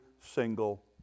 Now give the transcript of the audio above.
single